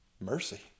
Mercy